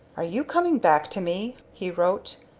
are you coming back to me? he wrote.